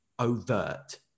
overt